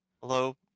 Hello